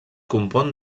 compon